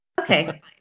okay